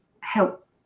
help